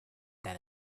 that